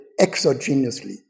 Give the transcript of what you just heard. exogenously